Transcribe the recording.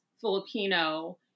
Filipino